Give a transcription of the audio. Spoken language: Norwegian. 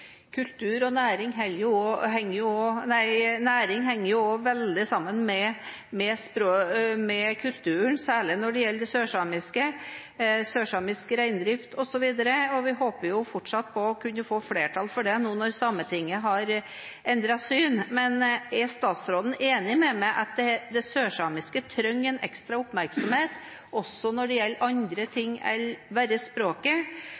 kultur og næring. Næring henger jo også veldig sammen med kulturen, særlig når det gjelder det sørsamiske, sørsamisk reindrift osv., og vi håper fortsatt på å kunne få flertall for det nå når Sametinget har endret syn. Er statsråden enig med meg i at det sørsamiske trenger en ekstra oppmerksomhet, også når det gjelder andre ting enn bare språket?